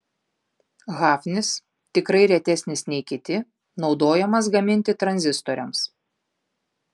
hafnis tikrai retesnis nei kiti naudojamas gaminti tranzistoriams